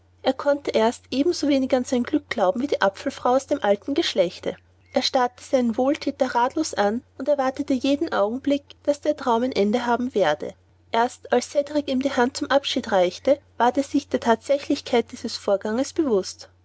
er konnte erst ebensowenig an sein glück glauben wie die apfelfrau aus altem geschlechte er starrte seinen wohlthäter ratlos an und erwartete jeden augenblick daß der traum ein ende haben werde erst als cedrik ihm die hand zum abschied reichte ward er sich der thatsächlichkeit des ganzen vorganges bewußt